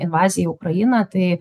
invaziją į ukrainą tai